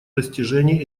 достижении